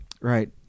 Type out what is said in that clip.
Right